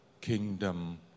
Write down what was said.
Kingdom